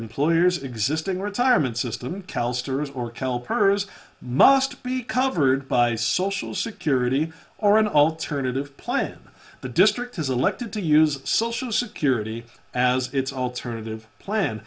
employer's existing retirement system or helpers must be covered by social security or an alternative plan the district is elected to use social security as its alternative plan